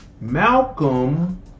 Malcolm